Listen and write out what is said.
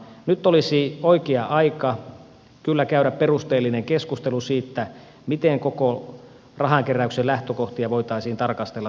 nyt olisi kyllä oikea aika käydä perusteellinen keskustelu siitä miten koko rahankeräyksen lähtökohtia voitaisiin tarkastella suomessa